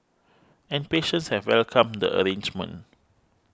and patients have welcomed the arrangement